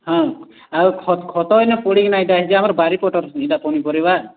ହଁ ଆଉ ଖତ ଖତ ଇନେ ପଡ଼ି ନାଇଁ ଇଟା ଇଟା ଆମର୍ ବାଡ଼ି ପଟର୍ ଇଟା ପନି ପରିବା